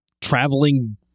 traveling